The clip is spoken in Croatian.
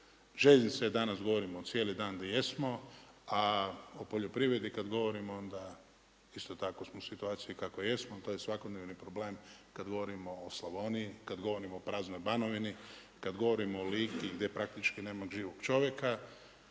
željeznica je danas govorimo cijelimo dan gdje jesmo, a o poljoprivredi kad govorimo onda isto tako smo u situaciji kakvoj jesmo, to ej svakodnevni problem kad govorimo o Slavoniji, kad govorimo o praznoj Banovini, kad govorimo o Lici gdje praktički nema živog čovjeka,